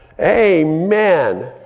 Amen